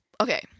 Okay